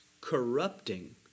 corrupting